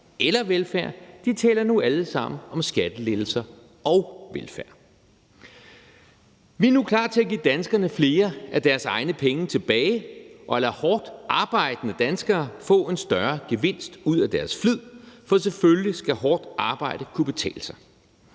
eller velfærd; de taler nu alle sammen om skattelettelser og velfærd. Vi er nu klar til at give danskerne flere af deres egne penge tilbage og lade hårdtarbejdende danskere få en større gevinst ud af deres flid. For selvfølgelig skal hårdt arbejde kunne betale sig.